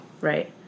Right